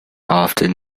often